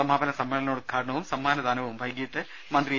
സമാപന സമ്മേളനോ ദ്ഘാടനവും സമ്മാനദാനവും വൈകീട്ട് മന്ത്രി എ